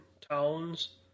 towns